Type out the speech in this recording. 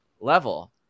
level